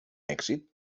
èxit